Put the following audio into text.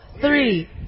Three